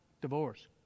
divorce